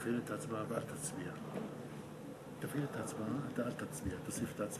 בעד, 3, נגד,